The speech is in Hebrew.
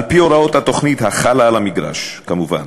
על-פי הוראות התוכנית החלה על המגרש כמובן.